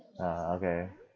ah okay